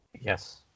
Yes